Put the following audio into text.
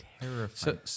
terrifying